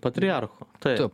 patriarchu taip